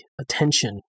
attention